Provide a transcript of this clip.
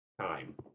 time